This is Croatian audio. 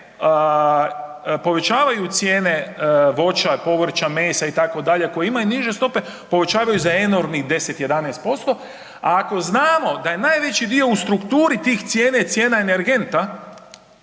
povećavaju cijene voća, povrća, mesa itd. koji imaju niže stope, povećavaju za enormnih 10, 11%. A ako znamo da je najveći dio u strukturi tih cijena, cijena energenta,